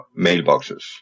mailboxes